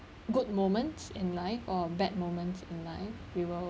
good moments in life or bad moments in life we will